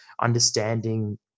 understanding